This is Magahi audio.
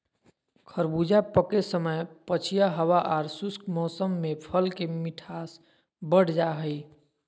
खरबूजा पके समय पछिया हवा आर शुष्क मौसम में फल के मिठास बढ़ जा हई